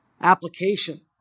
Application